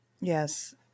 Yes